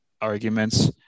arguments